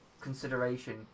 consideration